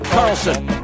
Carlson